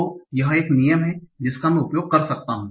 तो यह एक नियम है जिसका मैं उपयोग कर सकता हूं